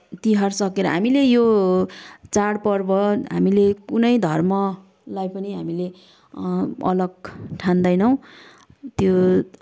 तिहार सकेर हामीले यो चाडपर्व हामीले कुनै धर्मलाई पनि हामीले अलग ठान्दैनौँ त्यो